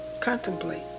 Contemplate